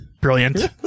Brilliant